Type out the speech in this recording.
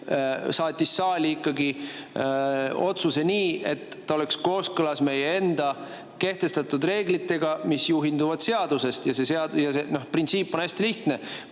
otsuse saali ikkagi nii, et see oleks kooskõlas meie enda kehtestatud reeglitega, mis juhinduvad seadusest. See printsiip on hästi lihtne: